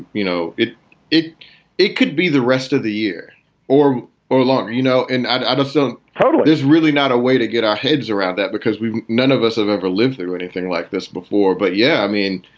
you know, it it it could be the rest of the year or or long you know, and and i so total is really not a way to get our heads around that, because we've none of us have ever lived through anything like this before. but, yeah, i mean,